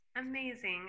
Amazing